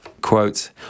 Quote